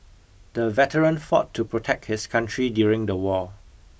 the veteran fought to protect his country during the war